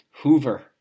Hoover